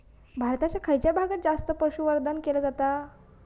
भारताच्या खयच्या भागात जास्त पशुसंवर्धन केला जाता?